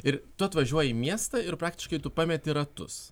ir tu atvažiuoji į miestą ir praktiškai tu pameti ratus